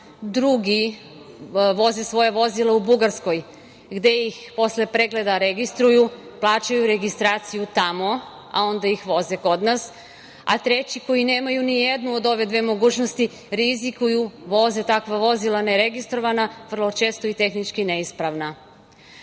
drugi voze svoja vozila u Bugarskoj, gde ih posle pregleda registruju, plaćaju registraciju tamo, a onda ih voze kod nas, a treći koji nemaju nijednu od ove dve mogućnosti, rizikuju, voze takva vozila neregistrovana, vrlo često i tehnički neispravna. Zato